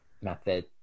method